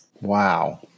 wow